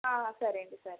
సరే అండి సరే